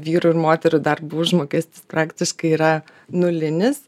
vyrų ir moterų darbo užmokestis praktiškai yra nulinis